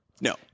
No